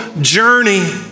journey